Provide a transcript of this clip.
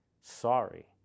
sorry